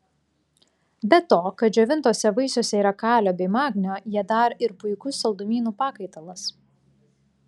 be to kad džiovintuose vaisiuose yra kalio bei magnio jie dar ir puikus saldumynų pakaitalas